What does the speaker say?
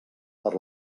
per